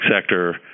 sector